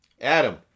Adam